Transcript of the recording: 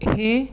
हें